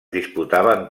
disputaven